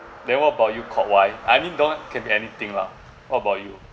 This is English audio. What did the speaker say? then what about you Kok Wai I mean that [one] can be anything lah what about you